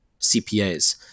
CPAs